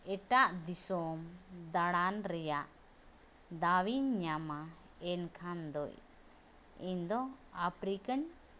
ᱮᱴᱟᱜ ᱫᱤᱥᱚᱢ ᱫᱟᱬᱟᱱ ᱨᱮᱭᱟᱜ ᱫᱟᱣᱤᱧ ᱧᱟᱢᱟ ᱮᱱᱠᱷᱟᱱᱫᱚ ᱤᱧᱫᱚ ᱟᱯᱷᱨᱤᱠᱟᱧ